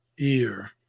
ear